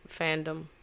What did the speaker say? fandom